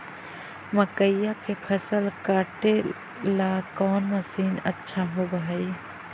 मकइया के फसल काटेला कौन मशीन अच्छा होव हई?